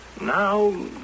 now